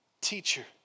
teacher